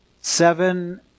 Seven